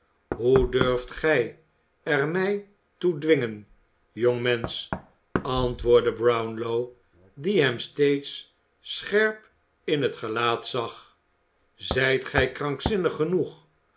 hoe durft gij er mij toe dwingen jongmensch antwoordde brownlow die hem steeds scherp in het gelaat zag zijt gij krankzinnig genoeg